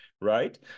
right